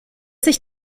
sich